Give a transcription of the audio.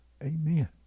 amen